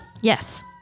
yes